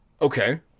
Okay